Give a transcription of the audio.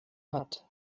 hat